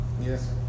Yes